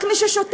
רק מי ששותק.